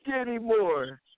anymore